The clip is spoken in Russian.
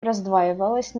раздваивалась